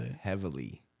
Heavily